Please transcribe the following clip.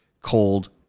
cold